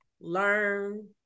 learn